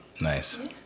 Nice